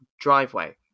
driveway